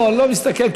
לא מסתכל,